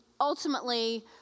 ultimately